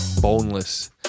boneless